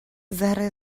ذره